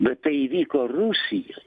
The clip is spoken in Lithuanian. bet tai įvyko rusijoj